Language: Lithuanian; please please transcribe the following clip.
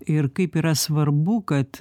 ir kaip yra svarbu kad